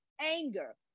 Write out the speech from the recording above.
anger